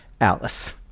alice